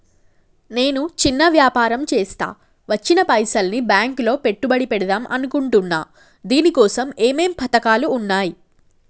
నేను చిన్న వ్యాపారం చేస్తా వచ్చిన పైసల్ని బ్యాంకులో పెట్టుబడి పెడదాం అనుకుంటున్నా దీనికోసం ఏమేం పథకాలు ఉన్నాయ్?